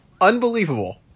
Unbelievable